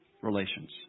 relations